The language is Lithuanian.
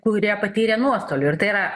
kurie patyrė nuostolių ir tai yra